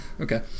Okay